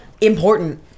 important